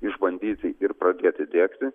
išbandyti ir pradėti diegti